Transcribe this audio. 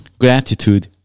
gratitude